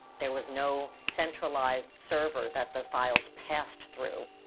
there was no centralized server that the files passed through.